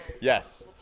Yes